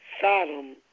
Sodom